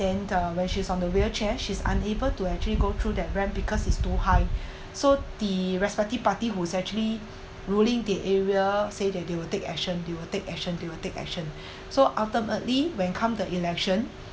then uh when she's on the wheelchair she's unable to actually go through that ramp because it's too high so the respective party whose actually ruling the area say that they will take action they will take action they will take action so ultimately when come the election